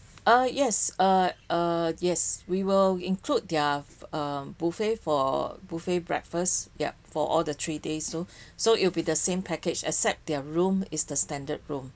ah yes uh uh yes we will include their err buffet for buffet breakfast yup for all the three days too so it'll be the same package except their room is the standard room